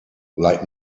like